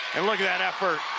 and look at that effort